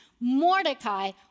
Mordecai